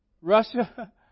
Russia